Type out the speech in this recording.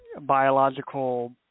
biological